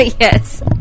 Yes